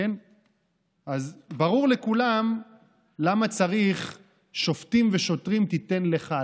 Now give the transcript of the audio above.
אז ברור לכולם למה צריך "שֹׁפטים ושֹׁטרים תתן לך",